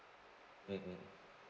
mmhmm